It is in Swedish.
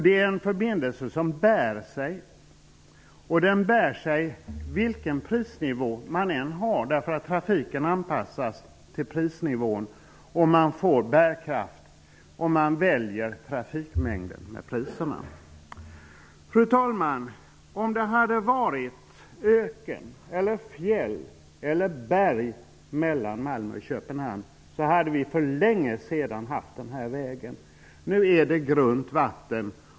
Det är en förbindelse som bär sig vilken prisnivå man än har, därför att trafiken anpassas till prisnivån och man får bärkraft om man väljer trafikmängden genom priserna. Fru talman! Om det hade varit öken, fjäll eller berg mellan Malmö och Köpenhamn, hade den här vägen byggts för längesedan. Nu är det grunt vatten.